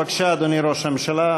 בבקשה, אדוני ראש הממשלה.